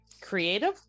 creative